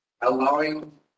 allowing